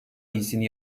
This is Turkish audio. iyisini